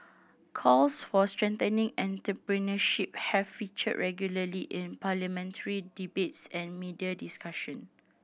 calls for strengthening entrepreneurship have featured regularly in parliamentary debates and media discussion